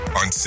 on